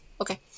Okay